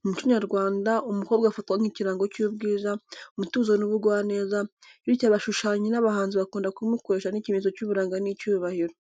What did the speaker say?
Mu muco nyarwanda, umukobwa afatwa nk’ikirango cy’ubwiza, umutuzo n’ubugwaneza, bityo abashushanyi n’abahanzi bakunda kumukoresha nk’ikimenyetso cy’uburanga n’icyubahiro.